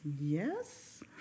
yes